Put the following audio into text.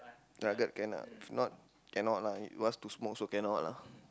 right that can lah cannot lah he wants to smoke also cannot lah